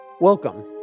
Welcome